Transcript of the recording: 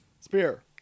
Spear